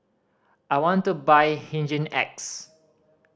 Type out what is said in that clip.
I want to buy Hygin X